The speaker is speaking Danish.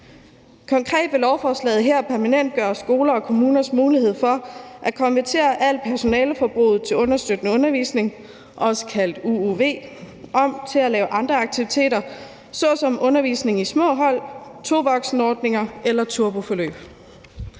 Konkret vil lovforslaget her permanentgøre skoler og kommuners mulighed for at konvertere alt personaleforbruget til understøttende undervisning, også kaldet uuv, om til at lave andre aktiviteter såsom undervisning i små hold, tovoksenordninger eller turboforløb.